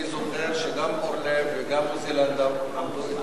אני זוכר שגם אורלב וגם עוזי לנדאו אמרו את זה